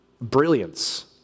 brilliance